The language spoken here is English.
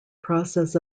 process